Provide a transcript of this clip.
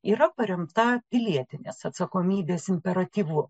yra paremta pilietinės atsakomybės imperatyvu